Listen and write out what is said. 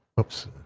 oops